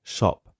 Shop